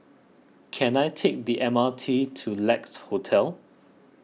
can I take the M R T to Lex Hotel